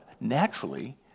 naturally